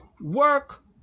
work